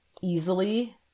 easily